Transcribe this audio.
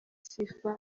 sifa